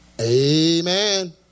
Amen